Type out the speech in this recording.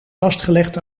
vastgelegd